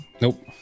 Nope